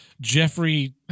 Jeffrey